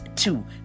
Two